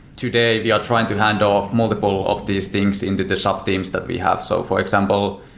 today we are trying to handoff multiple of these things into the shop teams that we have. so for example,